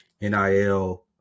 nil